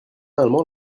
allemand